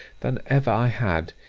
than ever i had,